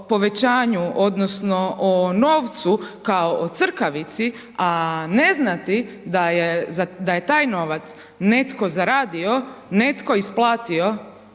odnosno o novcu kao o „crkavici“, a ne znati da je taj novac netko zaradio, netko isplatio